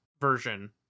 version